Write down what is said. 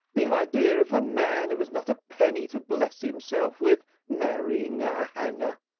the idea of a man who has not a penny to bless himself with marrying our hannah!